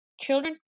children